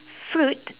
fruit